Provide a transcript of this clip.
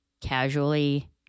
casually